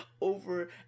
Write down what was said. over